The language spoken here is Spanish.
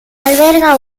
alberga